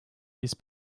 these